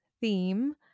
theme